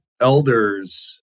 elders